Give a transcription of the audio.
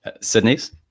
Sydney's